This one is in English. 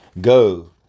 Go